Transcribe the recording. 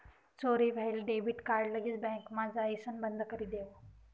चोरी व्हयेल debit card लगेच बँकमा जाइसण बंदकरी देवो